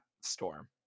storm